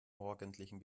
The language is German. morgendlichen